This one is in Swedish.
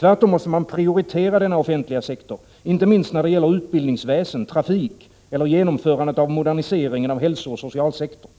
Tvärtom måste man prioritera denna offentliga sektor, inte minst när det gäller utbildningsväsen, trafik och genomförandet av moderniseringen av hälsooch socialsektorn.